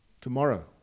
tomorrow